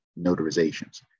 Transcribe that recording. notarizations